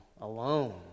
alone